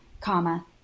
comma